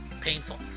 Painful